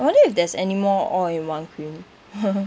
I wonder if there's anymore all in one cream